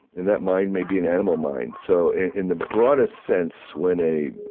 and that mind may be an animal mind. so in the broadest sense, when a